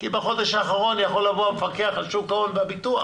כי בחודש האחרון יכול לבוא המפקח על שוק ההון והביטוח